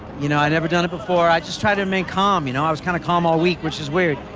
you know i never done it before, i just try to remain calm you know, i was kind of calm all week, which is weird.